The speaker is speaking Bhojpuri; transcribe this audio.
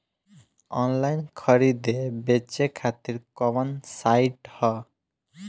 आनलाइन खरीदे बेचे खातिर कवन साइड ह?